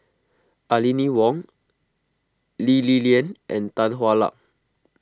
Aline Wong Lee Li Lian and Tan Hwa Luck